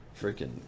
Freaking